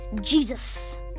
Jesus